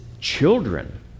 children